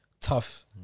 Tough